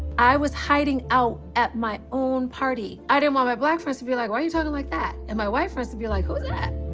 i was hiding out at my own party. i didn't want my black friends to be like why you talking like that and my white friends to be like who's that?